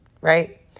right